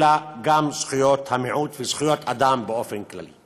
אלא גם זכויות המיעוט וזכויות אדם באופן כללי.